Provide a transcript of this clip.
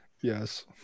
yes